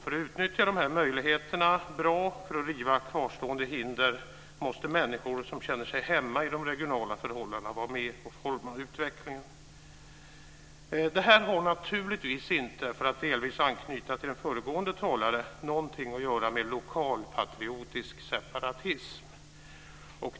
För att utnyttja dessa möjligheter på ett bra sätt och för att riva kvarstående hinder måste människor som känner sig hemma i de regionala förhållandena vara med och forma utvecklingen. Detta har naturligtvis inte - för att delvis anknyta till föregående talare - någonting att göra med lokalpatriotisk separatism.